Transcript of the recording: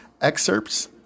excerpts